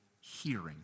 hearing